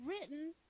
written